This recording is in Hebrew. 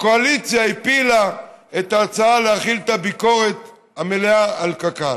הקואליציה הפילה את ההצעה להחיל את הביקורת המלאה על קק"ל,